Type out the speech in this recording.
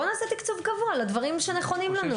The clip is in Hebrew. בוא נעשה תקצוב קבוע לדברים שנכונים לנו.